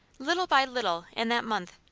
little by little, in that month,